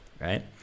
right